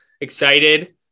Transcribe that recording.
excited